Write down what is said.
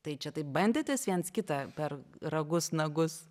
tai čia taip bandėtės viens kitą per ragus nagus